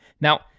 Now